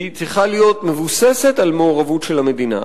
והיא צריכה להיות מבוססת על מעורבות של המדינה.